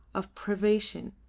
of privation,